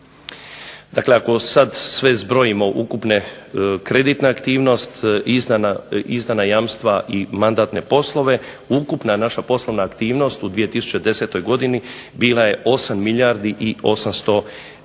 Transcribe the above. Dakle, ako sada sve zbrojimo kreditne aktivnosti izdana jamstava i mandatne poslove, ukupna naša poslovna aktivnost u 2010. godini bila je 8 milijardi i 800 milijuna